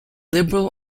liberal